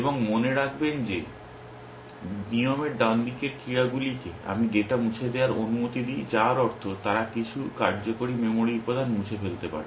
এখন মনে রাখবেন যে নিয়মের ডান দিকের ক্রিয়াগুলিকে আমি ডেটা মুছে দেওয়ার অনুমতি দিই যার অর্থ তারা কিছু কার্যকরী মেমরি উপাদান মুছে ফেলতে পারে